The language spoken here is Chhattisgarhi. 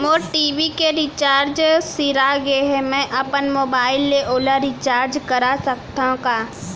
मोर टी.वी के रिचार्ज सिरा गे हे, मैं अपन मोबाइल ले ओला रिचार्ज करा सकथव का?